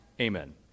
Amen